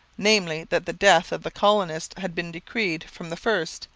namely, that the death of the colonists had been decreed from the first,